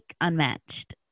unmatched